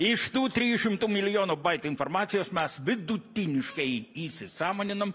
iš tų trijų šimtų milijonų baitų informacijos mes vidutiniškai įsisąmoninam